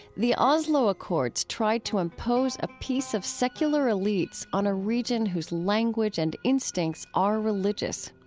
the oslo accords tried to impose a peace of secular elites on a region whose language and instincts are religious.